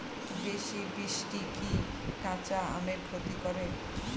বেশি বৃষ্টি কি কাঁচা আমের ক্ষতি করে?